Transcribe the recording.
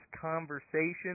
conversation